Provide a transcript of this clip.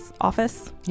office